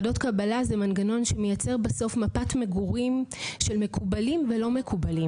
ועדות קבלה זה מנגנון שמייצר בסוף מפת מגורים של מקובלים ולא מקובלים.